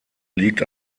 liegt